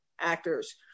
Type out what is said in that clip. actors